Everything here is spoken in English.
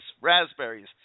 raspberries